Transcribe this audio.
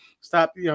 Stop